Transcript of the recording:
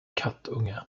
kattunge